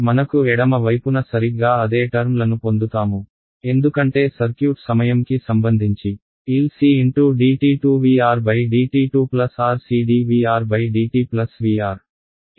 మనకు ఎడమ వైపున సరిగ్గా అదే టర్మ్ లను పొందుతాము ఎందుకంటే సర్క్యూట్ సమయం కి సంబంధించి LC × dt2 VR dt2 RCdVR dt VR RC d VS dt